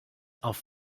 auf